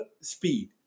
Speed